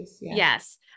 Yes